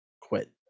quit